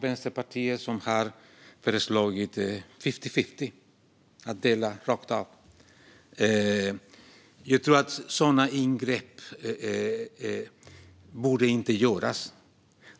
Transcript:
Vänsterpartiet har föreslagit att den ska delas 50/50, men jag tror inte att vi ska göra sådana ingrepp.